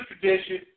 tradition